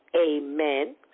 amen